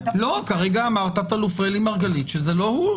כרגע אמר תא"ל רלי מרגלית שזה לא הוא,